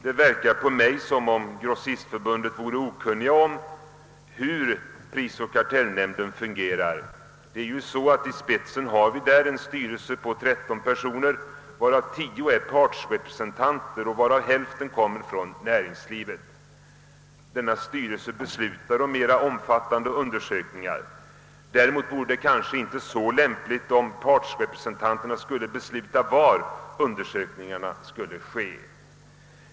Det verkar på mig som om grossistförbundet varit i okunnighet om hur prisoch kartellnämnden fungerar. I spetsen har nämnden en styrelse på 13 personer. Av dem är 10 partsrepresentanter, varav hälften kommer från näringslivet. Denna styrelse beslutar om mer omfattande undersökningar. Däremot vore det kanske inte så lämpligt om styrelsen skulle besluta var undersökningarna skall göras.